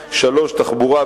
3. תחבורה,